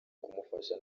kumufasha